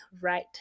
right